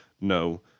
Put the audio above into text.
No